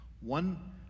One